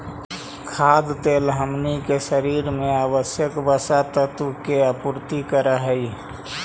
खाद्य तेल हमनी के शरीर में आवश्यक वसा तत्व के आपूर्ति करऽ हइ